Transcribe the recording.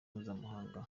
mpuzamahanga